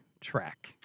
track